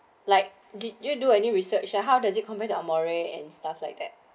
like did you do any research and how does it compare to our moray and stuff like that